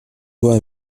doit